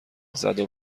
زدو